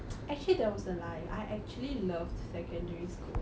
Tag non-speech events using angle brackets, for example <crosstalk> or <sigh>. <noise> actually that was a lie I actually loved secondary school